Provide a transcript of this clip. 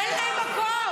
אין להם מקום.